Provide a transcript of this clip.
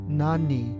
nani